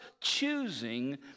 choosing